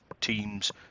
teams